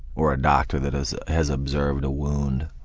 or a doctor that has has observed a wound